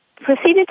proceeded